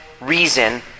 reason